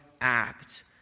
act